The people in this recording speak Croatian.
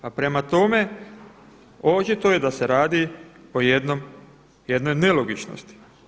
Pa prema tome, očito je da se radi o jednoj nelogičnosti.